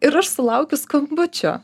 ir aš sulaukiu skambučio